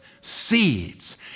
seeds